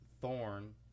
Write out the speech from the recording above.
thorn